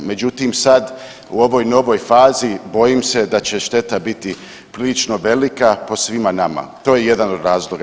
Međutim sada u ovoj novoj fazi bojim se da će šteta biti prilično velika po svima nama to je jedan od razloga.